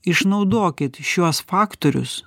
išnaudokit šiuos faktorius